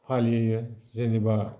फालियो जेनेबा